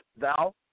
thou